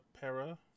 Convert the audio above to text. para